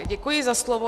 Děkuji za slovo.